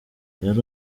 yari